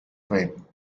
fame